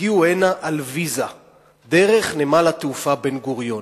הגיעו הנה על ויזה דרך נמל התעופה בן-גוריון,